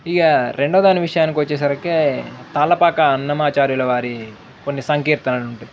ఇగ రెండోదాని విషయాకొచ్చేసరికి తాళ్ళపాక అన్నమాచార్యుల వారి కొన్ని సంకీర్తనలు ఉంటుయి